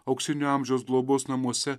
auksinio amžiaus globos namuose